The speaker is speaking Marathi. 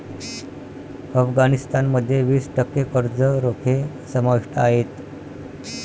अफगाणिस्तान मध्ये वीस टक्के कर्ज रोखे समाविष्ट आहेत